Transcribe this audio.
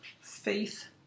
Faith